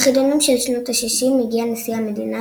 לחידונים של שנות ה-60 הגיע נשיא המדינה,